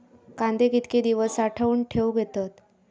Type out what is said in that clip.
कांदे कितके दिवस साठऊन ठेवक येतत?